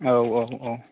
औ औ औ